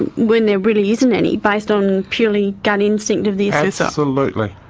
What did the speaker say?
and when there really isn't any, based on purely gut instinct of the assessor? absolutely.